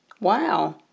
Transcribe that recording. Wow